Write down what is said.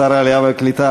שר העלייה והקליטה,